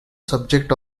subject